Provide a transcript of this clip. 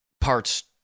parts